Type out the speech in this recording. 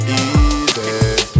easy